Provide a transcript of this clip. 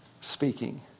speaking